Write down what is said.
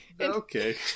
Okay